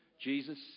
Jesus